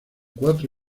cuatro